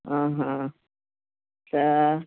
हा हा त